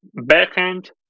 Backhand